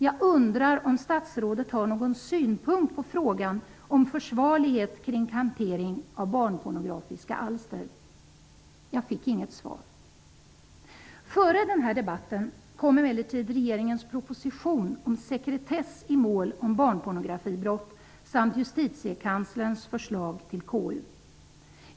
Jag undrar om statsrådet har någon synpunkt på frågan om försvarlighet kring hantering av barnpornografiska alster.'' Jag fick inget svar. Före den här debatten kom emellertid regeringens proposition om sekretess i mål om barnpornografibrott samt Justitiekanslerns förslag till KU.